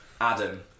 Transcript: adam